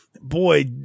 boy